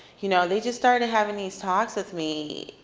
you know they just started having these talks with me.